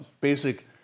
basic